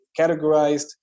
categorized